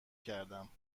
کردم